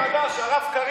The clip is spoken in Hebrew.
יש לך רב חדש, הרב קריב.